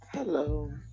Hello